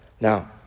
Now